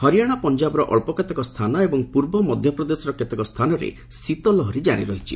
ହରିୟାଣା ପଞ୍ଜାବର ଅଞ୍ଚ କେତେକ ସ୍ଥାନ ଏବଂ ପୂର୍ବ ମଧ୍ୟପ୍ରଦେଶର କେତେକ ସ୍ଥାନରେ ଶୀତଲହରୀ ଜାରି ରହିଛି